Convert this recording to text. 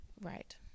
Right